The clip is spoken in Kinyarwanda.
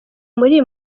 muri